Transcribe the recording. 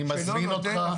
אני מזמין אותך,